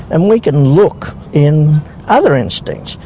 and we can look in other instincts,